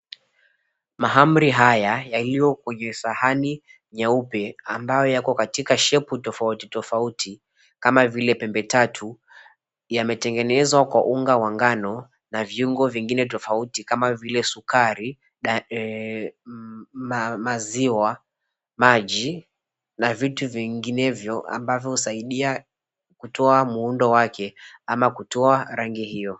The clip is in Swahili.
Mahamri haya yaliyo kwenye sahani nyeupe ambayo yapo katika shepu tofauti tofauti kama vile pembe tatu, yametengenezwa kwa unga wa ngano na viungo vingine tofauti kama vile sukari, maziwa, maji na vitu vinginevyo ambavyo husaidia kutoa muundo wake ama kutoa rangi hiyo .